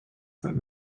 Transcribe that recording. that